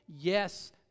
yes